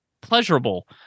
pleasurable